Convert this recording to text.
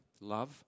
love